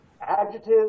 Adjectives